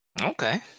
Okay